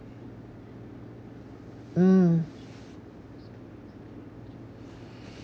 mm